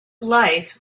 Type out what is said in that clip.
life